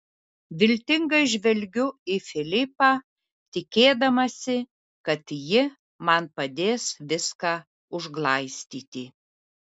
viltingai žvelgiu į filipą tikėdamasi kad ji man padės viską užglaistyti